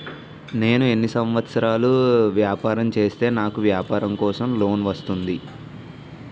నేను ఎన్ని సంవత్సరాలు వ్యాపారం చేస్తే నాకు వ్యాపారం కోసం లోన్ వస్తుంది?